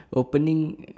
opening